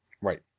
Right